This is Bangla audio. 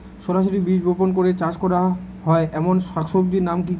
সরাসরি বীজ বপন করে চাষ করা হয় এমন শাকসবজির নাম কি কী?